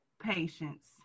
patience